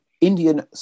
Indian